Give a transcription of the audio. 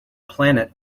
planet